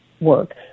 work